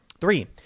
Three